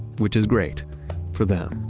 which is great for them.